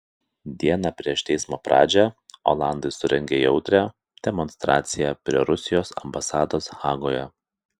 dieną prieš teismo pradžią olandai surengė jautrią demonstraciją prie rusijos ambasados hagoje